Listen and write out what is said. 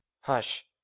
Hush